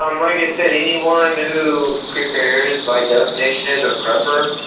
um like i said, anyone who prepares by definition is a prepper.